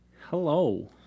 hello